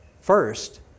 First